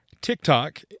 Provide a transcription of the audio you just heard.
TikTok